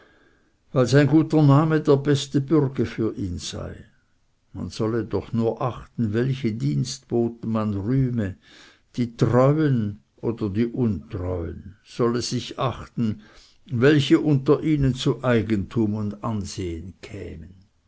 weil sein guter name der beste bürge für ihn sei man solle doch nur achten welche dienstboten man rühme die treuen oder die untreuen solle sich achten welche unter ihnen zu eigentum und ansehen kämen